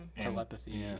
Telepathy